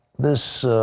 this